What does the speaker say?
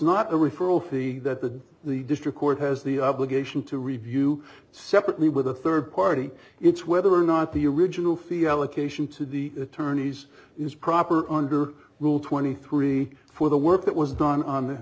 not a referral fee that the the district court has the obligation to review separately with a third party it's whether or not the original fee allocation to the attorneys is proper under rule twenty three for the work that was done on